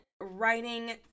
writing